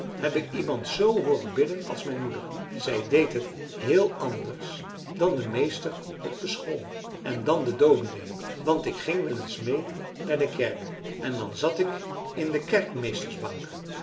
iemand z hooren bidden als mijn moeder zij deed het heel anders dan de meester op de school en dan de dominee want ik ging wel eens mee naar de kerk en dan zat ik in de